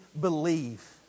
believe